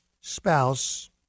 spouse